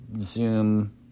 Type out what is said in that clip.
Zoom